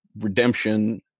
redemption